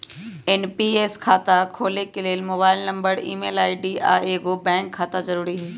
NPS खता खोले के लेल मोबाइल नंबर, ईमेल आई.डी, आऽ एगो बैंक खता जरुरी हइ